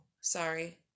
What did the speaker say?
sorry